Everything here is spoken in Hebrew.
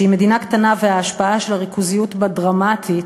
שהיא מדינה קטנה וההשפעה של הריכוזיות בה דרמטית,